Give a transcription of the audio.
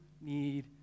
need